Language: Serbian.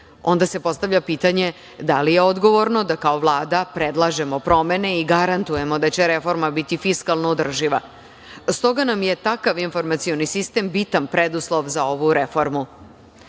onda se postavlja pitanje da li je odgovorno da kao Vlada predlažemo promene i garantujemo da će reforma biti fiskalno održiva. Stoga nam je takav informacioni sistem bitan preduslov za ovu reformu. Iz